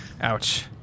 Ouch